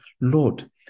Lord